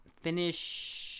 finish